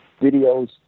videos